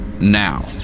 Now